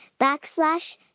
backslash